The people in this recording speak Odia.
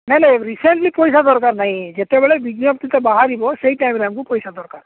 ନାଇଁ ନାଇଁ ରିସେଣ୍ଟଲି ପଇସା ଦରକାର ନାାଇଁ ଯେତେବେଳେ ବିଜ୍ଞପ୍ତିଟା ବାହାରିବ ସେଇ ଟାଇମ୍ରେ ଆମକୁ ପଇସା ଦରକାର